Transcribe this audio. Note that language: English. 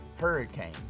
hurricane